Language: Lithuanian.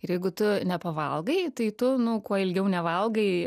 ir jeigu tu nepavalgai tai tu nu kuo ilgiau nevalgai